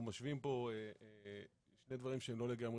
אנחנו משווים פה שני דברים שהם לא לגמרי